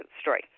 story